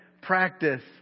Practice